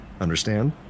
Understand